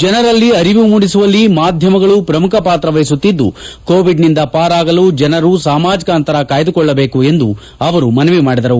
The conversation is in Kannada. ಜನರಲ್ಲಿ ಅರಿವು ಮೂಡಿಸುವಲ್ಲಿ ಮಾಧ್ಯಮಗಳು ಪ್ರಮುಖ ಪಾತ್ರ ವಹಿಸುತ್ತಿದ್ದು ಕೋವಿಡ್ನಿಂದ ಪಾರಾಗಲು ಜನರು ಸಾಮಾಜಿಕ ಅಂತರ ಕಾಯ್ದುಕೊಳ್ಳಬೇಕು ಎಂದು ಮನವಿ ಮಾಡಿದರು